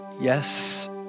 yes